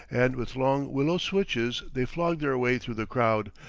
and with long willow switches they flog their way through the crowd,